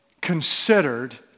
considered